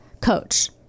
coach